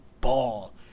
ball